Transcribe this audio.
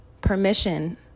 permission